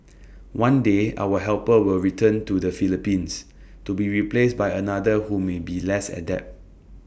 one day our helper will return to the Philippines to be replaced by another who may be less adept